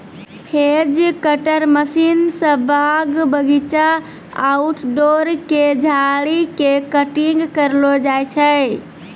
hedge cutter machine स बाग बगीचा, आउटडोर के झाड़ी के कटिंग करलो जाय छै